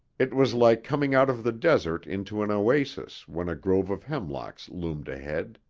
it was like coming out of the desert into an oasis when a grove of hemlocks loomed ahead.